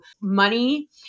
money